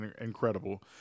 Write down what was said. incredible